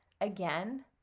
again